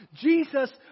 Jesus